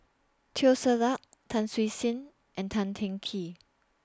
Teo Ser Luck Tan Siew Sin and Tan Teng Kee